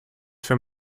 für